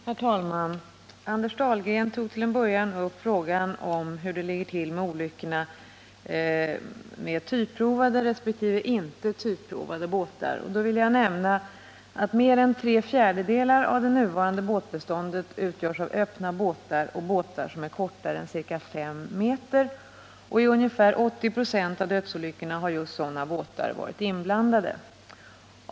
Herr talman! Anders Dahlgren tog till en början upp frågan om hur det ligger till med olyckorna med typprovade resp. inte typprovade båtar. Mer än tre fjärdedelar av det nuvarande båtbeståndet utgörs av öppna båtar och båtar som är kortare än ca 5 m, och i ungefär 80 26 av dödsolyckorna har just sådana båtar varit inblandade.